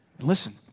Listen